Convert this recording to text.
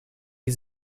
wie